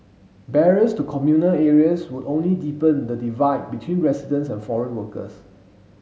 barriers to communal areas would only deepen the divide between residents and foreign workers